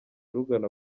rugana